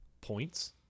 points